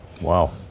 Wow